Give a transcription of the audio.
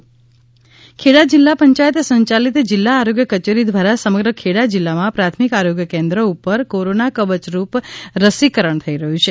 સ્વામિનારાયણ મંદિર રસીકરણ ખેડા જિલ્લા પંચાયત સંયાલિત જિલ્લા આરોગ્ય કચેરી દ્વારા સમગ્ર ખેડા જિલ્લામાં પ્રાથમિક આરોગ્ય કેન્દ્ર પર કોરોના કવચરૂપ રસીકરણ થઈ રહ્યું છે